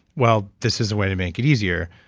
well, this is a way to make it easier.